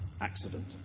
accident